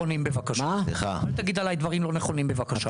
אל תגיד עליי דברים שהם לא נכונים, בבקשה.